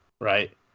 right